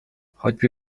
choćby